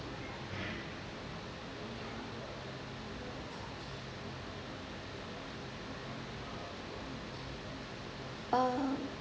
uh